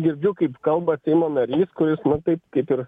girdžiu kaip kalba seimo narys kuris taip kaip ir